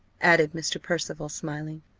added mr. percival smiling,